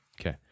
Okay